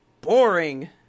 boring